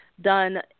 done